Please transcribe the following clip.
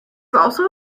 also